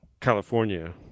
California